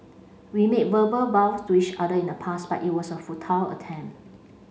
we made verbal vows to each other in the past but it was a futile attempt